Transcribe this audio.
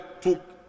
took